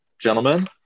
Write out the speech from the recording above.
gentlemen